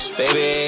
baby